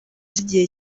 igihe